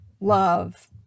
love